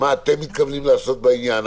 מה אתם מתכוונים לעשות בעניין?